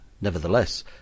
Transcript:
Nevertheless